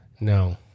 No